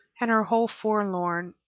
and her whole forlorn,